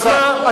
נו, אז מה?